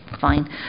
fine